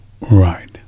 right